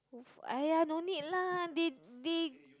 !aiya! no need lah they they